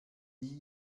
nie